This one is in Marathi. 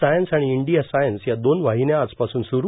सायन्स आणि इंडिया सायन्स या दोन वाहिन्या आजपासून स्रू